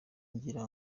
ngira